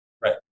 Right